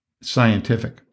scientific